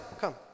come